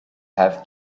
have